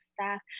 staff